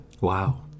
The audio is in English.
Wow